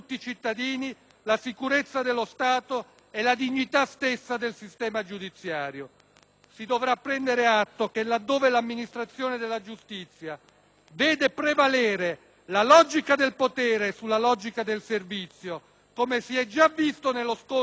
Sidovrà prendere atto che laddove l'amministrazione della giustizia vede prevalere la logica del potere sulla logica del servizio, come si è già visto nello scontro tra la procura di Salerno e la procura generale di Catanzaro e come ancor più si vedrà